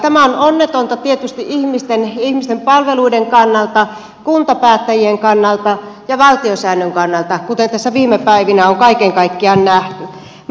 tämä on onnetonta tietysti ihmisten ja ihmisten palveluiden kannalta kuntapäättäjien kannalta ja valtiosäännön kannalta kuten tässä viime päivinä on kaiken kaikkiaan nähty